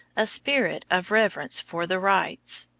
a spirit of reverence for the rights,